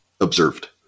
observed